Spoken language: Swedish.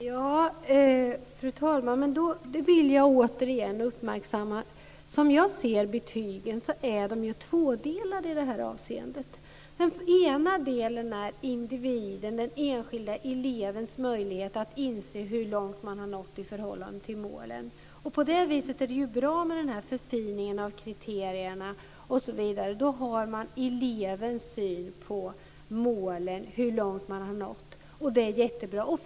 Fru talman! Jag vill återigen uppmärksamma på att jag ser betygen som tvådelade i detta avseende. Den ena delen visar hur långt den enskilda eleven har nått i förhållande till målen. På det viset är det bra med förfiningen av kriterierna osv., för då vet man hur långt eleven har nått i förhållande till målen.